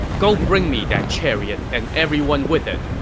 go bring me that chariot and everyone with it.